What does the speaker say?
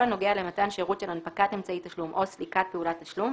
הנוגע למתן שירות של הנפקת אמצעי תשלום או סליקת פעולת תשלום,